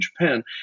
Japan